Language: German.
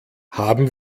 haben